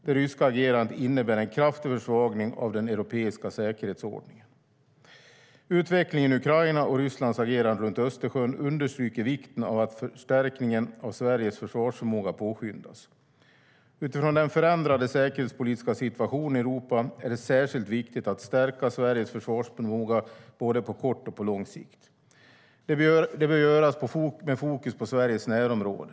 Det ryska agerandet innebär en kraftig försvagning av den europeiska säkerhetsordningen. Utvecklingen i Ukraina och Rysslands agerande runt Östersjön understryker vikten av att förstärkningen av Sveriges försvarsförmåga påskyndas. Utifrån den förändrade säkerhetspolitiska situationen i Europa är det särskilt viktigt att stärka Sveriges försvarsförmåga på både kort och lång sikt. Det bör göras med fokus på Sveriges närområde.